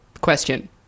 question